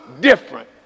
different